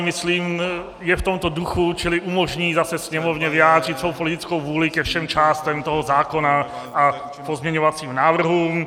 Myslím, je v tomto duchu, čili umožní zase Sněmovně vyjádřit svou politickou vůli ke všem částem toho zákona a pozměňovacím návrhům.